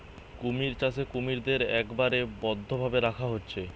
কুমির চাষে কুমিরদের একবারে বদ্ধ ভাবে রাখা হচ্ছে